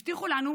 הבטיחו לנו